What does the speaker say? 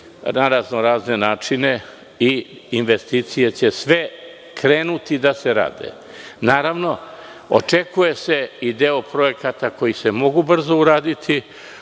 na razne načine i investicije će sve krenuti da se rade. Naravno, očekuje se i deo projekata koji se mogu brzo uraditi.